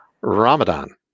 Ramadan